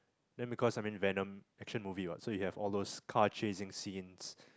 then because I mean Venom action movie what so you have those car chasing scenes